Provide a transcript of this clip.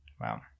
Wow